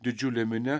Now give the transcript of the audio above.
didžiulė minia